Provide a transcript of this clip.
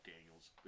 Daniels